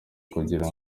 kugira